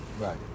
Right